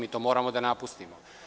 Mi to moramo da napustimo.